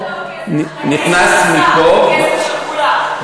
מהגזירות, אתה יודע שזה כסף של כולם.